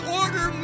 order